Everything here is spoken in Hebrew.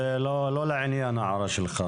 זה לא לעניין ההערה שלך.